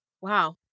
Wow